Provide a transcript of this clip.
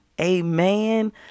Amen